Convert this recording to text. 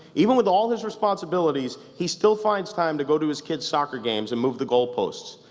even with all his responsibilities, he still finds time to go to his kids' soccer games, and move the goalposts.